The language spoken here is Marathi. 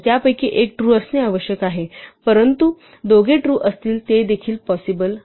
त्यापैकी एक ट्रू असणे आवश्यक आहे परंतु जेव्हा ते दोघे ट्रू असतील तेव्हा ते देखील पॉसिबल आहे